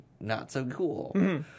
not-so-cool